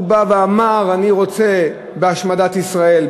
הוא בא ואמר: אני רוצה בהשמדת ישראל,